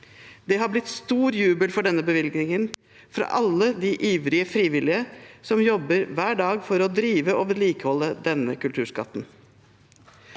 Det har vært stor jubel for denne bevilgningen fra alle de ivrige frivillige som jobber hver dag for å drive og vedlikeholde denne kulturskatten.